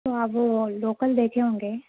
تو آپ وہ لوکل دیکھے ہوں گے